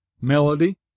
Melody